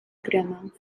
grama